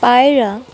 পায়রা